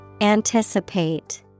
Anticipate